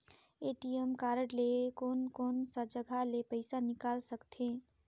ATM card ले कोन कोन सा जगह ले पइसा निकाल सकथे?